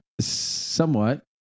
Somewhat